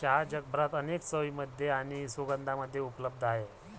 चहा जगभरात अनेक चवींमध्ये आणि सुगंधांमध्ये उपलब्ध आहे